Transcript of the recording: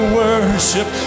worship